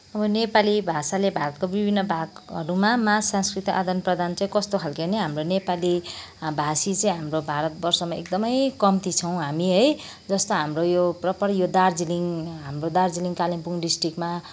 अब नेपाली भाषाले भारतको विभिन्न भागहरूमाझ मा सांस्कृतिक आदानप्रदान चाहिँ कस्तो खालको नि हाम्रो नेपाली भाषी चाहिँ हाम्रो भारतवर्षमा एकदमै कम्ती छौँ हामी है जस्तो हाम्रो यो प्रोपर यो दार्जिलिङ हाम्रो दार्जिलिङ कालिम्पोङ डिस्ट्रिक्टमा